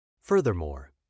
Furthermore